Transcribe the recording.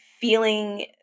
feeling